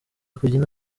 kujya